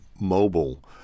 mobile